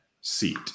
seat